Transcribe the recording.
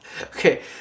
okay